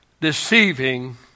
deceiving